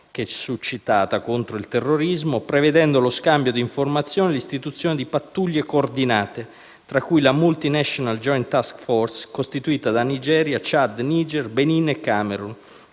regionale contro il terrorismo, prevedendo lo scambio di informazioni e l'istituzione di pattuglie coordinate, tra cui la Multinational joint task force (MNJTF), costituita da Nigeria, Ciad, Niger, Benin e Camerun